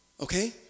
Okay